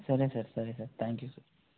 సరే సార్ సరే sir thank you sir